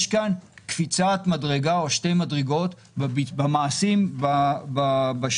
יש כאן קפיצת מדרגה או שתי מדרגות במעשים בשטח.